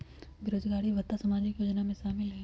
बेरोजगारी भत्ता सामाजिक योजना में शामिल ह ई?